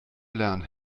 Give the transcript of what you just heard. lernen